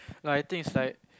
no I think is like